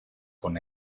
con